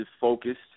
focused